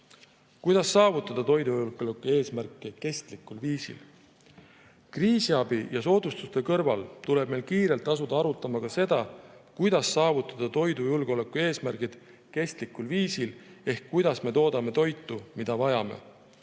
saavutada toidujulgeoleku eesmärke kestlikul viisil? Kriisiabi ja soodustuste kõrval tuleb meil kiirelt asuda arutama ka seda, kuidas saavutada toidujulgeoleku eesmärgid kestlikul viisil ehk kuidas me toodame toitu, mida vajame.